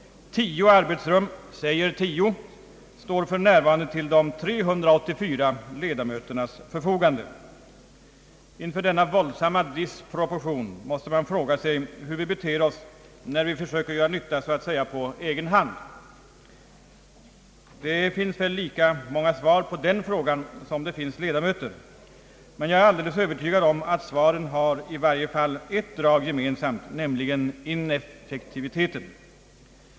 Tio arbetsrum står för närvarande till de 384 ledamöternas förfogande! Inför denna våldsamma disproportion måste man fråga sig, hur vi beter oss när vi försöker göra nytta så att säga på egen hand, Det finns väl lika många svar på den frågan som det finns ledamöter, men jag är alldeles övertygad om att svaren har i varje fall ett drag gemensamt, nämligen ineffektiviteten.